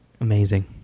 Amazing